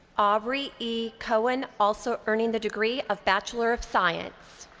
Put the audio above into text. aubrey e. cohen, also earning the degree of bachelor of science.